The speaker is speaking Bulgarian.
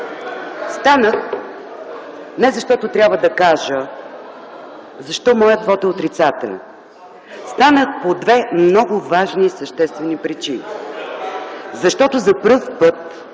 Станах, не защото трябва да кажа защо моят вот е отрицателен. Станах по две много важни и съществени причини – защото за пръв път